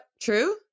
true